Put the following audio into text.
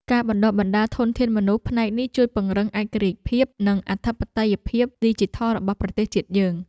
ការបណ្តុះបណ្តាលធនធានមនុស្សផ្នែកនេះជួយពង្រឹងឯករាជ្យភាព និងអធិបតេយ្យភាពឌីជីថលរបស់ប្រទេសជាតិយើង។